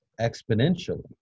exponentially